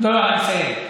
לא, לא, אני מסיים.